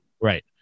right